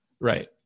Right